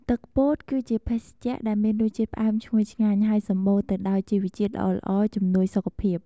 ទឹកពោត គឺជាភេសជ្ជៈដែលមានរសជាតិផ្អែមឈ្ងុយឆ្ងាញ់ ហើយសម្បូរទៅដោយជីវជាតិល្អៗជំនួយសុខភាព។